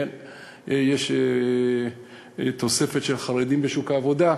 יש תוספת של חרדים בשוק העבודה,